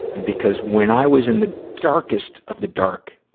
and because when i was in the darkest of the dark,